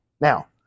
Now